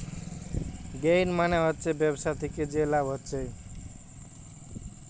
gain মানে হচ্ছে ব্যবসা থিকে যে লাভ হচ্ছে